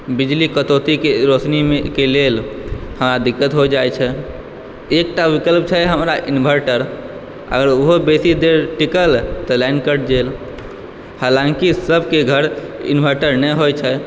बिजली कटौतीके रौशनीके लेल हमरा दिक्कत हो जाइ छै एकटा विकल्प छै हमरा इन्वर्टर आओर ओहो बेसी देर टिकल तऽ लाइन कटि गेल हालाँकि सबके घर इन्वर्टर नहि होइ छै